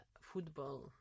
football